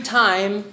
time